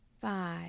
five